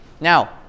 Now